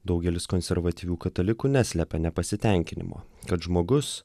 daugelis konservatyvių katalikų neslepia nepasitenkinimo kad žmogus